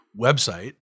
website